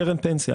קרן פנסיה.